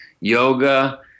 yoga